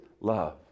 love